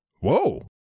Whoa